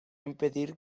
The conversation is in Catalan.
impedir